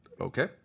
Okay